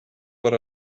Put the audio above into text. what